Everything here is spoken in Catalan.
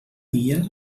dia